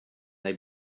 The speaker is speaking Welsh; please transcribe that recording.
neu